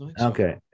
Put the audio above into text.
Okay